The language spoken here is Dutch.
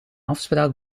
afspraak